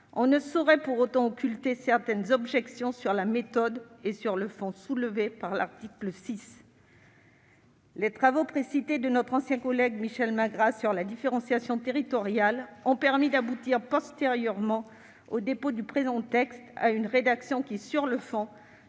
il ne saurait pour autant occulter certaines objections sur la méthode et sur le fond. Les travaux de notre ancien collègue Michel Magras sur la différenciation territoriale ont permis d'aboutir, postérieurement au dépôt du présent texte, à une rédaction qui, sur le fond,